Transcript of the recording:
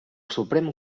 suprem